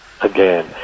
again